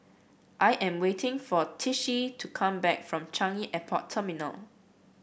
I am waiting for Tishie to come back from Changi Airport Terminal